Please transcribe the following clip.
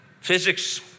physics